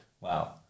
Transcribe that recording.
Wow